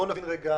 בואו נבין רגע